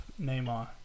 Neymar